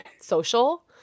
social